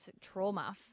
trauma